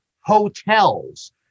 hotels